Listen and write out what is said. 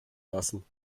lassen